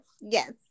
Yes